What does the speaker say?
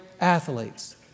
athletes